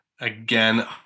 again